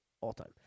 all-time